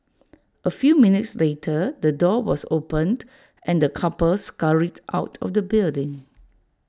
A few minutes later the door was opened and the couple scurried out of the building